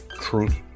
truth